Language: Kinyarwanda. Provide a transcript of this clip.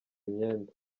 imyenda